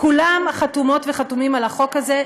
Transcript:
כולם חתומות וחתומים על החוק הזה,